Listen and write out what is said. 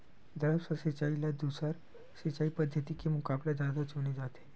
द्रप्स सिंचाई ला दूसर सिंचाई पद्धिति के मुकाबला जादा चुने जाथे